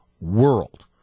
world